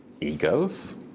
egos